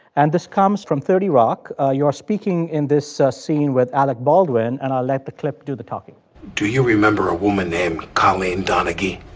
and this comes from thirty rock. ah you're speaking in this scene with alec baldwin, and i'll let the clip do the talking do you remember a woman named colleen donaghy?